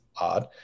odd